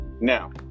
Now